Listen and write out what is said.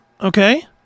Okay